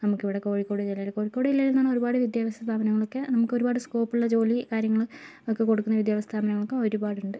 നമുക്കിവിടെ കോഴിക്കോട് ജില്ലയില് കോഴിക്കോട് ജില്ലയിൽ എന്ന് പറഞ്ഞാൽ ഒരുപാട് വിദ്യാഭ്യാസ സ്ഥാപനങ്ങൾ ഒക്കെ നമുക്ക് ഒരുപാട് സ്കോപ്പുള്ള ജോലി കാര്യങ്ങൾ ഒക്കെ കൊടുക്കുന്ന വിദ്യാഭ്യാസ സ്ഥാപനങ്ങൾ ഒക്കെ ഒരുപാടുണ്ട്